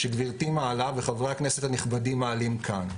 שגבירתי מעלה וחברי הכנסת הנכבדים מעלים כאן.